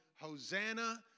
Hosanna